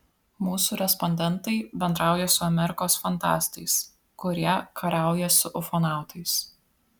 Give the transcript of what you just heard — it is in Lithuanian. mūsų respondentai bendrauja su amerikos fantastais kurie kariauja su ufonautais